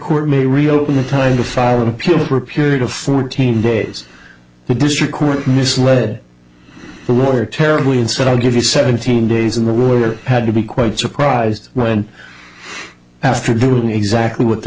district may reopen the time to file an appeal for a period of fourteen days the district court misled the lawyer terribly instead i'll give you seventeen days in the will had to be quite surprised when after the exactly what the